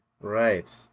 Right